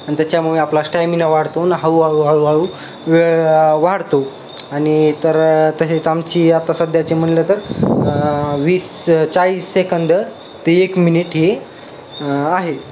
आणि त्याच्यामुळे आपला स्टॅमिना वाढतो न हळू हळू हळू हळू वे वाढतो आणि तर तसे तर आमची आता सध्याची म्हटलं तर वीस चाळीस सेकंड ते एक मिनिट हे आहे